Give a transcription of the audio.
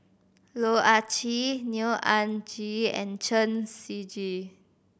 Loh Ah Chee Neo Anngee and Chen Siji